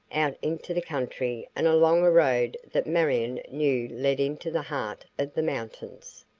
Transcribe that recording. out into the country and along a road that marion knew led into the heart of the mountains.